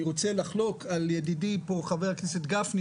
אני רוצה לחלוק על ידידי חבר הכנסת גפני,